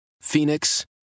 Phoenix